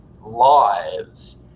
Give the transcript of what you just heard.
lives